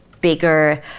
bigger